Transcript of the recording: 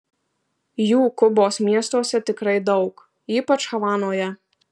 jų kubos miestuose tikrai daug ypač havanoje